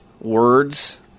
words